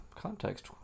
context